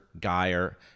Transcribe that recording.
Geyer